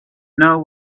know